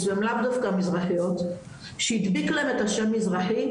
והם לאו דווקא מזרחיות שהדביקו להם את השם מזרחי,